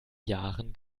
jahren